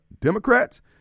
Democrats